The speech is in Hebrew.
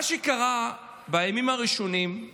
מה שקרה בימים הראשונים הוא